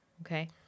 Okay